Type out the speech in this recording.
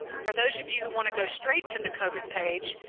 for those of you who want to go straight to the covid page,